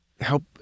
help